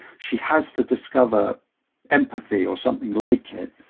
she has to discover empathy or something like it.